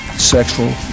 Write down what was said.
sexual